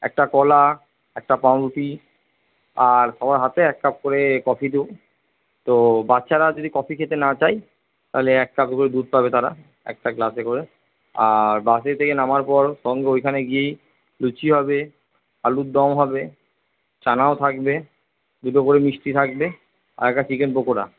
একটা কলা একটা পাউরুটি আর সবার হাতে এক কাপ করে কফি দেবো তো বাচ্চারা যদি কফি খেতে না চায় তাহলে এক কাপ করে দুধ পাবে তারা একটা গ্লাসে করে আর বাসের থেকে নামার পর সঙ্গে ওইখানে গিয়েই লুচি হবে আলুরদম হবে চানাও থাকবে দুটো করে মিষ্টি থাকবে আর একটা চিকেন পকোড়া